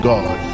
God